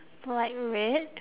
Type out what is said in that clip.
more like red